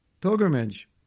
pilgrimage